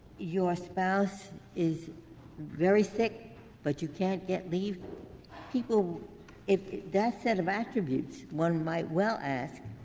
your spouse is very sick but you can't get leave people if that set of attributes, one might well ask,